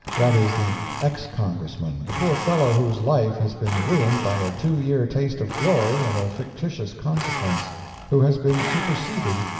that is the ex-congressman the poor fellow whose life has been ruined by a two-year taste of glory and of fictitious consequence who has been superseded,